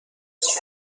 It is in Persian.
کوس